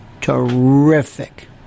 terrific